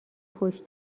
فحش